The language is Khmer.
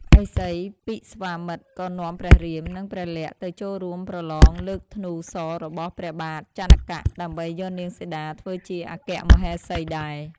ឥសីពិស្វាមិត្រ ក៏នាំព្រះរាម និង ព្រះលក្សណ៍ទៅចូលរួមប្រឡងលើកធ្នូសររបស់ព្រះបាទជនក ដើម្បីយកនាងសីតាធ្វើជាអគ្គមហេសីដែរ។